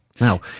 Now